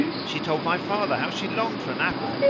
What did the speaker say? she told my father how she longed for an apple,